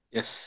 Yes